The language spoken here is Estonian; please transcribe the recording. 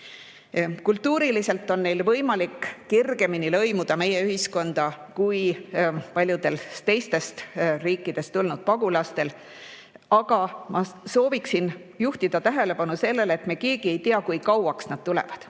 Kultuuriliselt on neil võimalik kergemini lõimuda meie ühiskonda kui paljudel teistest riikidest tulnud pagulastel. Aga sooviksin juhtida tähelepanu sellele, et me keegi ei tea, kui kauaks nad tulevad.